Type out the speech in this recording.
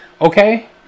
Okay